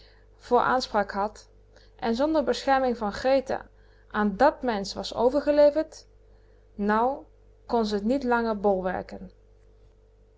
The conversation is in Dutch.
voor anspraak had en zonder bescherming van grete aan dat mensch was overgeleverd nou kon ze t niet langer bolwerken